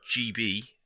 GB